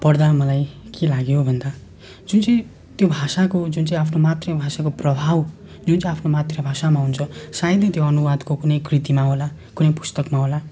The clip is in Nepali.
पढ्दा मलाई के लाग्यो भन्दा जुन चाहिँ त्यो भाषाको जुन चाहिँ आफ्नो मातृभाषाको प्रभाव जुन चाहिँ आफ्नो मातृभाषामा हुन्छ सायदै त्यो अनुवादको कुनै कृतिमा होला कुनै पुस्तकमा होला